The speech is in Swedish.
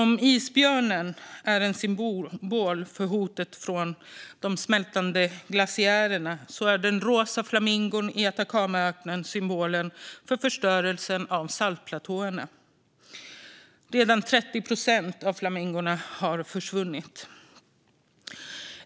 Om isbjörnen är en symbol för hotet från de smältande glaciärerna är den rosa flamingon i Atacamaöknen symbolen för förstörelsen av saltplatåerna. Redan har 30 procent av flamingorna försvunnit.